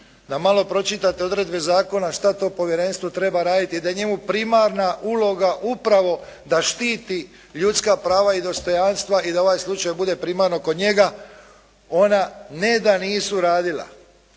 Da malo pročitate odredbe zakona šta to povjerenstvo treba raditi i da je njemu primarna uloga upravo da štiti ljudska prava i dostojanstva i da ovaj slučaj bude primarno kod njega ona ne da nisu radila.